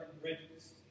bridges